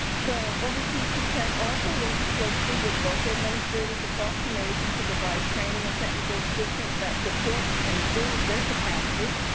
so ovc ttac also works closely with voca administrators across the nation to provide training and technical assistance that supports and builds their capacity,